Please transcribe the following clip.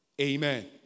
Amen